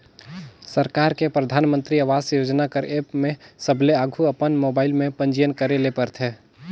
सरकार के परधानमंतरी आवास योजना कर एप में सबले आघु अपन मोबाइल में पंजीयन करे ले परथे